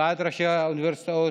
ועד ראשי האוניברסיטאות,